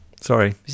Sorry